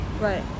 Right